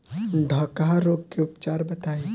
डकहा रोग के उपचार बताई?